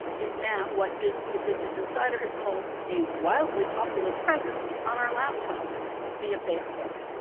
is now what the business insider has called a wildly popular presence on our laptops via facebook,